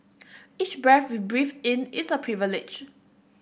each breath we breathe in is a privilege